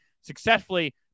successfully